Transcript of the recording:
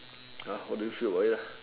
ya what do you feel about it lah